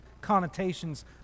connotations